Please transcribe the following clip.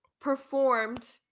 Performed